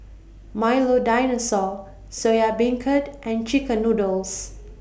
Milo Dinosaur Soya Beancurd and Chicken Noodles